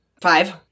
five